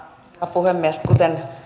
puhemies kuten